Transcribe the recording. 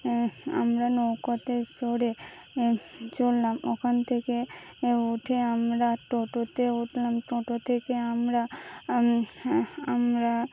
আমরা নৌকোতে চড়ে চড়লাম ওখান থেকে উঠে আমরা টোটোতে উঠলাম টোটো থেকে আমরা আমরা